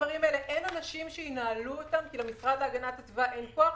אין אנשים שינהלו את כל הדברים האלה כי למשרד להגנת הסביבה אין כוח,